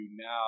now